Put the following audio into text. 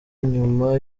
nyuma